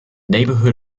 neighbourhood